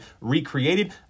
recreated